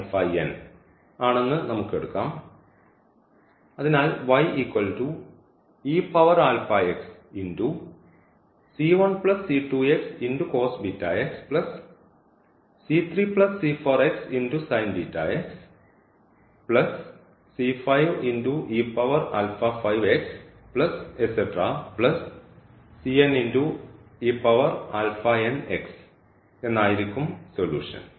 അതിനാൽ എന്നായിരിക്കും സൊല്യൂഷൻ